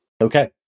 Okay